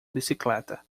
bicicleta